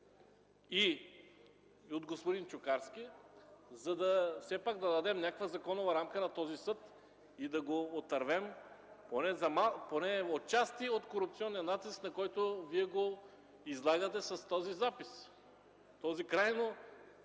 и от господин Чукарски, за да дадем все пак някаква законова рамка на този съд и да го отървем поне отчасти от корупционен натиск, на който Вие го излагате с този запис. Този крайно